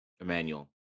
Emmanuel